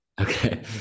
Okay